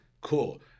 Cool